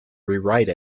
rewrite